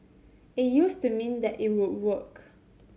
it used to mean that it would work